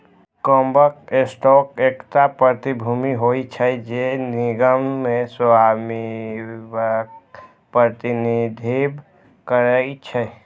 common stock एकटा प्रतिभूति होइ छै, जे निगम मे स्वामित्वक प्रतिनिधित्व करै छै